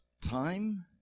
time